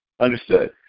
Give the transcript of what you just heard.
Understood